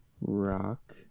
rock